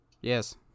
Yes